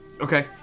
Okay